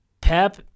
Pep